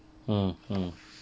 mm mm